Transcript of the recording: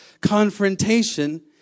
confrontation